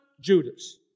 Judas